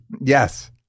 Yes